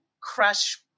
Crush